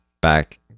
back